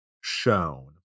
shown